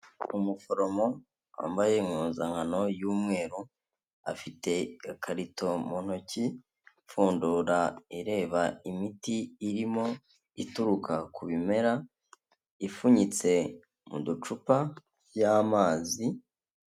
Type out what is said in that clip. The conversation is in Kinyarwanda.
Umuforomo wambaye impuzankano y'umweru, afite ikarito mu ntoki pfundura ireba imiti irimo ituruka ku bimera, ipfunyitse mu ducupa y'amazi.